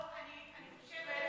אני חושבת,